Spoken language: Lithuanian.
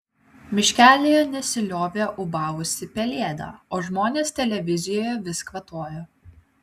miškelyje nesiliovė ūbavusi pelėda o žmonės televizijoje vis kvatojo